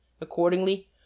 accordingly